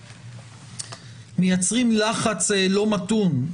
שמייצרים לחץ לא מתון,